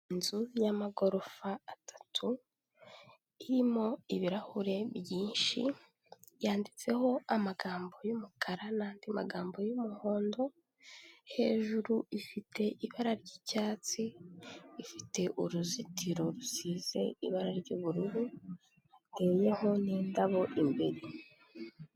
Inzu y'magorofa atatu irimo ibirahure byinshi yanditseho amagambo y'umukara nanandi magambo y'umuhondo, hejuru ifite ibara ry'icyatsi, ifite uruzitiro rusize ibara ry'ubururu, hateyeho nindabo imbere.